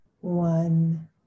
one